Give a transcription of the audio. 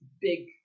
big